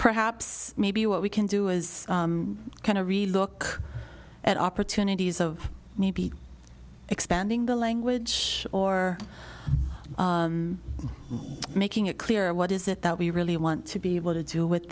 perhaps maybe what we can do is kind of relook at opportunities of expanding the language or making it clear what is it that we really want to be able to do with